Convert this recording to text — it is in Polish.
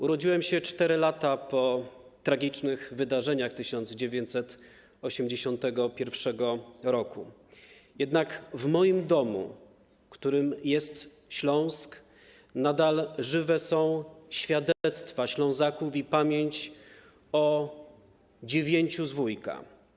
Urodziłem się 4 lata po tragicznych wydarzeniach z 1981 r., jednak w moim domu, którym jest Śląsk, nadal żywe są świadectwa Ślązaków i pamięć o dziewięciu z Wujka.